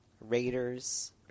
Raiders